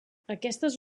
aquestes